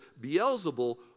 Beelzebub